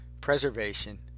preservation